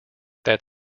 that